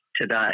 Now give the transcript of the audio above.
today